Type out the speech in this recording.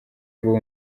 bwo